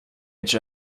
each